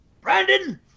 Brandon